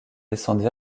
descendent